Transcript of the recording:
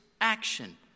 action